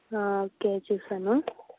okay చూసాను